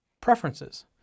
Preferences